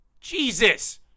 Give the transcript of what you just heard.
Jesus